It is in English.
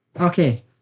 Okay